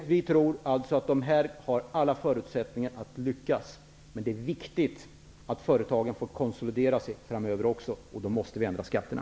Vi tror alltså att dessa riskkapitalbolag har alla förutsättningar att lyckas, men det är viktigt att företagen framöver också får konsolidera sig, och vi måste därför ändra på skatterna.